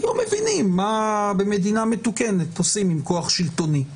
לא מבינים מה במדינה מתוקנת עושים עם כוח שלטוני.